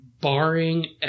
barring